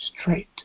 straight